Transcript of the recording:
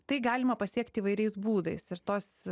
tai galima pasiekti įvairiais būdais ir tos